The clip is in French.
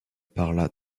parla